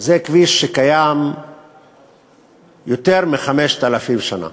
זה כביש שקיים יותר מ-5,000 שנה,